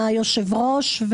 היושב-ראש,